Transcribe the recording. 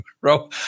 bro